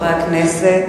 חברי הכנסת,